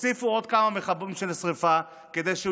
תוסיפו עוד כמה מכבים של שרפה כדי שהוא